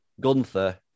Gunther